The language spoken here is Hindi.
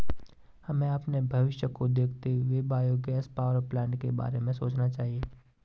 हमें अपने भविष्य को देखते हुए बायोगैस पावरप्लांट के बारे में सोचना चाहिए